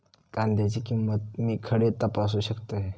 कांद्याची किंमत मी खडे तपासू शकतय?